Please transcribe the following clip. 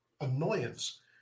annoyance